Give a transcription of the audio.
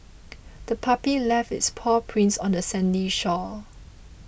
the puppy left its paw prints on the sandy shore